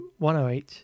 108